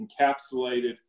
encapsulated